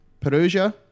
Perugia